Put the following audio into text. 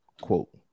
quote